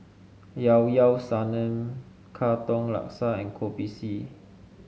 Llao Llao Sanum Katong Laksa and Kopi C